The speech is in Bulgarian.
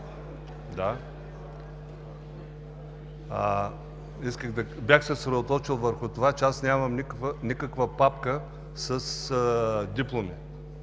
Бях се съсредоточил върху това, че нямам никаква папка с дипломи!